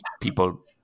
people